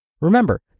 Remember